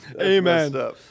amen